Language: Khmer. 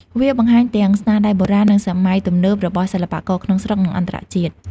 វាបង្ហាញទាំងស្នាដៃបុរាណ និងសម័យទំនើបរបស់សិល្បករក្នុងស្រុក និងអន្តរជាតិ។